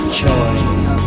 choice